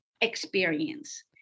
experience